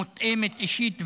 מותאמת אישית ויזומה,